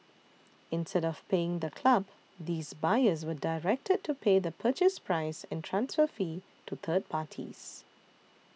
instead of paying the club these buyers were directed to pay the Purchase Price and transfer fee to third parties